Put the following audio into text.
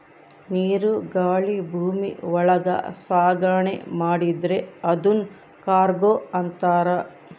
ನೀರು ಗಾಳಿ ಭೂಮಿ ಒಳಗ ಸಾಗಣೆ ಮಾಡಿದ್ರೆ ಅದುನ್ ಕಾರ್ಗೋ ಅಂತಾರ